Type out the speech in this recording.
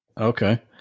Okay